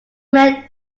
men